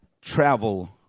travel